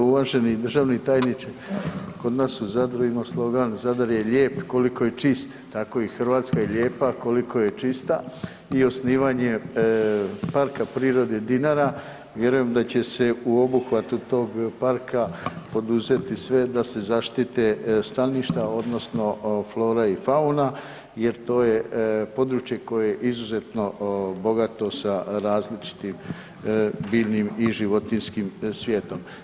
Uvaženi državni tajniče, kod nas u Zadru ima slogan „Zadar je lijep koliko je čist“, tako i Hrvatska je lijepa koliko je čista i osnivanja PP „Dinara“, vjerujem da će se u ovu obuhvatu tog parka poduzeti sve da se zaštite staništa odnosno flora i fauna jer to je područje koje je izuzetno bogato sa različitim biljnim i životinjskim svijetom.